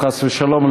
חס ושלום,